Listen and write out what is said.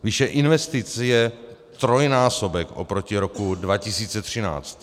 Výše investic je trojnásobná oproti roku 2013.